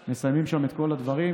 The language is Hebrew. שמסיימים שם את כל הדברים.